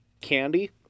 candy